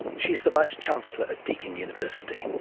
she is the vice-chancellor of deakin university